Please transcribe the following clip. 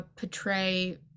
portray